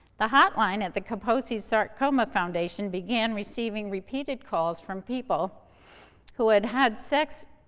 the hotline at the kaposi's sarcoma foundation began receiving repeated calls from people who had had sex